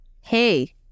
Hey